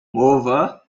moreover